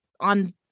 on